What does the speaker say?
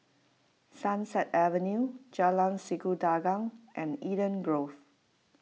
Sunset Avenue Jalan Sikudangan and Eden Grove